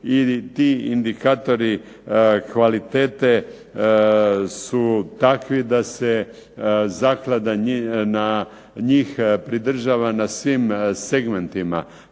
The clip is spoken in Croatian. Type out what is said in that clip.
ti indikatori kvalitete su takvi da se zaklada na njih pridržava na svim segmentima.